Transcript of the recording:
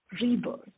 rebirth